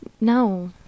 No